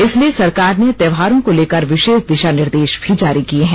इसलिए सरकार ने त्योहारों को लेकर विशेष दिशा निर्देश भी जारी किए हैं